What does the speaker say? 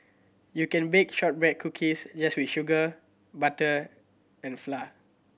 you can bake shortbread cookies just with sugar butter and flour